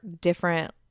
different